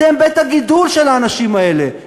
אתם בית הגידול של האנשים האלה,